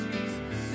Jesus